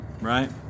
right